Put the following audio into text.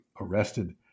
arrested